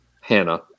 Hannah